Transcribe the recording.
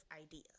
idea